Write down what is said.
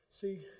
See